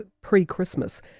pre-Christmas